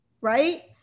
Right